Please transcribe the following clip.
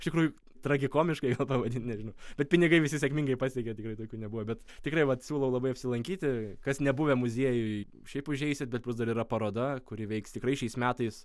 iš tikrųjų tragikomiškai pavadint nežinau bet pinigai visi sėkmingai pasiekė tikrai tokių nebuvo bet tikrai vat siūlau labai apsilankyti kas nebuvę muziejuj šiaip užeisit bet bus dar yra paroda kuri veiks tikrai šiais metais